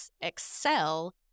excel